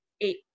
eight